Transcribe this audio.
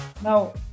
now